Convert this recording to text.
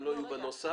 הם לא יהיו בנוסח.